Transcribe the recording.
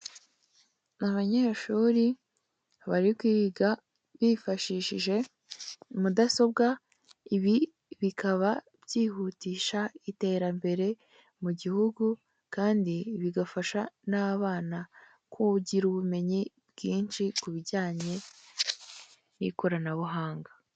Abanyeshuri bari kwiga bifashishije mudasobwa, ibi bikaba byihutisha iterambere mu gihugu kandi bigafasha n'abana kugira ubumenyi bwinshi kubijyanye n'ikoranabuhanga.